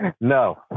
No